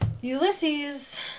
Ulysses